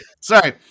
Sorry